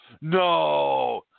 no